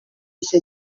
icyo